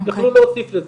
שינו,